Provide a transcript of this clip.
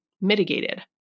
mitigated